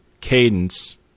cadence